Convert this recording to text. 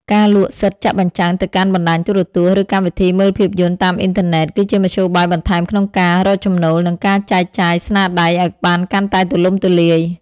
ការលក់សិទ្ធិចាក់បញ្ចាំងទៅកាន់បណ្ដាញទូរទស្សន៍ ឬកម្មវិធីមើលភាពយន្តតាមអ៊ីនធឺណិត គឺជាមធ្យោបាយបន្ថែមក្នុងការរកចំណូល និងការចែកចាយស្នាដៃឱ្យបានកាន់តែទូលំទូលាយ។